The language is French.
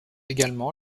également